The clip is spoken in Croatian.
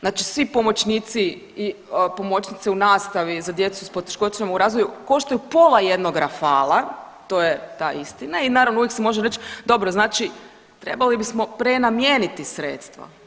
Znači svi pomoćnici i pomoćnice u nastavi za djecu s poteškoćama u razvoju koštaju pola jednog Rafala to je ta istina i naravno uvijek se može reći dobro znači trebali bismo prenamijeniti sredstva.